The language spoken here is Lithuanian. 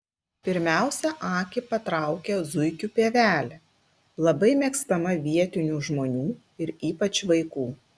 pirmiausia akį patraukia zuikių pievelė labai mėgstama vietinių žmonių ir ypač vaikų